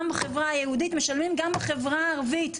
בחברה היהודית משלמים גם החברה הערבית.